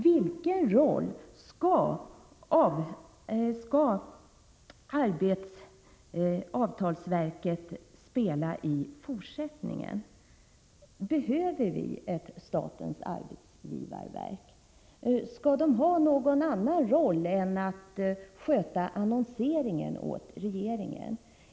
Vilken roll skall avtalsverket spela i fortsättningen? Behöver vi ett statens arbetsgivarverk? Skall det ha någon annan roll än att sköta annonseringen åt regeringen?